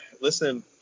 listen